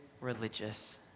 religious